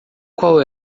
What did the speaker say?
qual